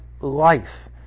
life